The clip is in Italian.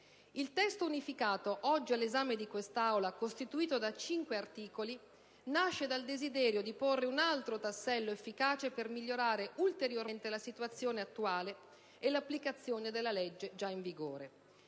Il testo unificato oggi all'esame di quest'Aula, costituito da cinque articoli, nasce dal desiderio di porre un altro tassello efficace per migliorare ulteriormente la situazione attuale e l'applicazione della legge già in vigore.